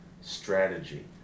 strategy